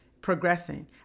Progressing